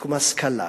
בתחום ההשכלה,